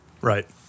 Right